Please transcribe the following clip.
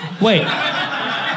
Wait